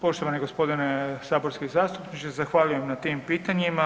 Poštovani g. saborski zastupniče, zahvaljujem na tim pitanjima.